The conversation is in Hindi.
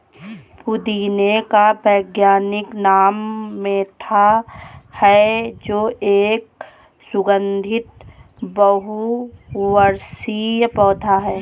पुदीने का वैज्ञानिक नाम मेंथा है जो एक सुगन्धित बहुवर्षीय पौधा है